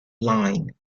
line